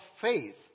faith